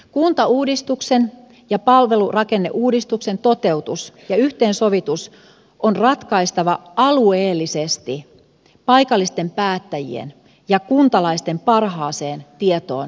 kuntauudistuksen ja palvelurakenneuudistuksen toteutus ja yhteensovitus on ratkaistava alueellisesti paikallisten päättäjien ja kuntalaisten parhaaseen tietoon nojautuen